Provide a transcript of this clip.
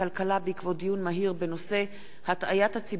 בנושא: הטעיית הציבור על-ידי חברה ציבורית,